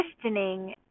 questioning